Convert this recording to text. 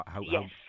Yes